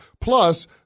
Plus